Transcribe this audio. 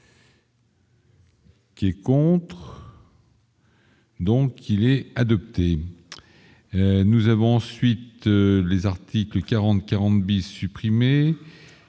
Qui est contre. Donc il est adopté, nous avons ensuite les articles 40 40 bis supprimer